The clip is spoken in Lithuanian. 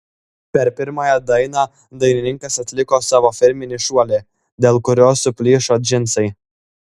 per pirmąją dainą dainininkas atliko savo firminį šuolį dėl kurio suplyšo džinsai